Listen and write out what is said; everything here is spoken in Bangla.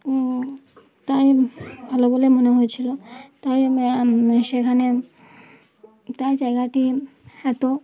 তাই ভালো বলে মনে হয়েছিলো তাই সেখানে তাই জায়গাটি এতো